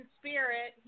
spirit